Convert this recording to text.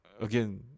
again